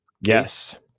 Yes